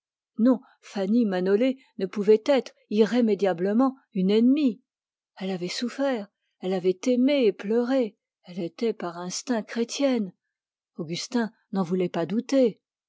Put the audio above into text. non fanny manolé ne pouvait être irrémédiablement une ennemie elle avait souffert elle avait aimé et pleuré elle était par instinct chrétienne augustin n'en voulait pas douter